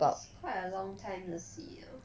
it's quite a long time 的戏 lor